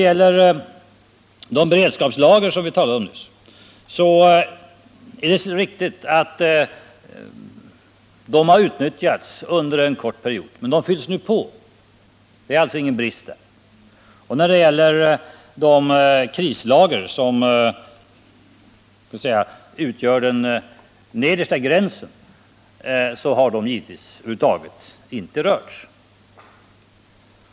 Beträffande de beredskapslager som vi talade om nyss är det riktigt att de har utnyttjats underen kort period. Men de fylls på nu. De krislager som så att säga utgör den nedersta gränsen har över huvud taget inte rörts.